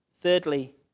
Thirdly